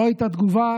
לא הייתה תגובה